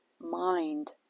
mind